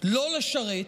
לא לשרת,